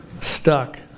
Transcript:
stuck